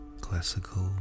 classical